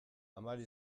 amari